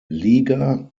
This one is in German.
liga